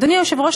אדוני היושב-ראש,